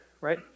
right